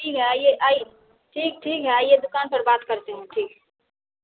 ठीक है आइए आइए ठीक ठीक है आइए दुकान पर बात करते हैं ठीक है